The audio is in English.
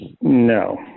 no